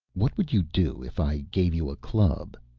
what would you do if i gave you a club?